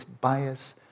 bias